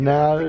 Now